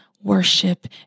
worship